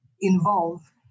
involve